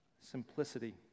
simplicity